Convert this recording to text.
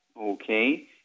Okay